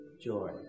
joy